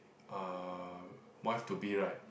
uh wife to be right